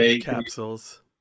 capsules